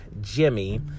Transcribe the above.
Jimmy